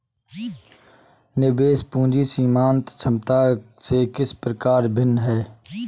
निवेश पूंजी सीमांत क्षमता से किस प्रकार भिन्न है?